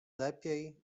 lepiej